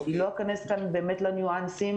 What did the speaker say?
אני לא אכנס כאן היום לניואנסים.